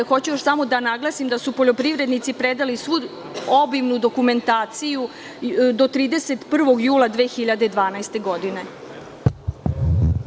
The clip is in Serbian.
Hoću još samo da naglasim da su poljoprivrednici predali svu obimnu dokumentaciju do 31. jula 2012. godine.